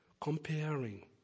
Comparing